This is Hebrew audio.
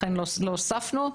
לכן לא הוספנו.